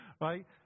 Right